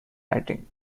writing